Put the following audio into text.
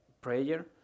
prayer